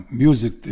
music